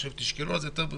ועל הדרך אתה קונה גרביים או